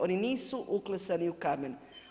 Oni nisu uklesani u kamen.